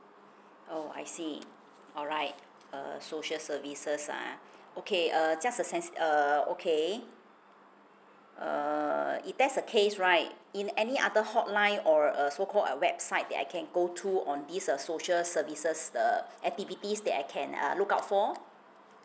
oh I see alright uh social services ah okay err just a sense uh okay uh if that's the case right in any other hotline or a so called a website that I can go to on this uh social services the activities that I can uh look out for